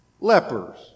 lepers